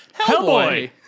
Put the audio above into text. Hellboy